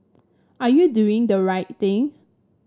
are you doing the right thing